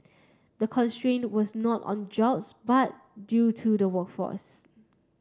the constraint was not on jobs but due to the workforce